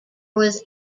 was